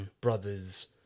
brothers